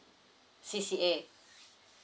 C_C_A